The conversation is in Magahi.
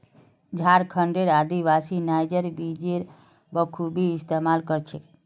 झारखंडेर आदिवासी नाइजर बीजेर बखूबी इस्तमाल कर छेक